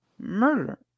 murder